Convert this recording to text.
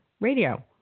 Radio